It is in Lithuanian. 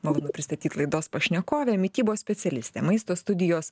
malonu pristatyt laidos pašnekovė mitybos specialistė maisto studijos